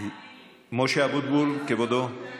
משה אבוטבול, כבודו.